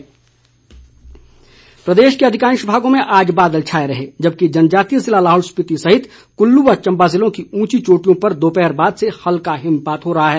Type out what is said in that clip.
मौसम प्रदेश के अधिकांश भागों में आज बादल छाए रहे जबकि जनजातीय लाहौल स्पिति सहित कुल्लू व चंबा जिलों की उंची चोटियों पर दोपहर बाद से हल्का हिमपात हो रहा है